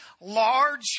large